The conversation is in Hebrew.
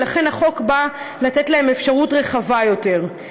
ולכן החוק בא לתת להם אפשרות רחבה יותר.